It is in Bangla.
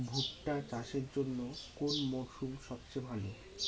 ভুট্টা চাষের জন্যে কোন মরশুম সবচেয়ে ভালো?